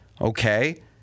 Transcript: Okay